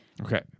Okay